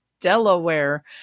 Delaware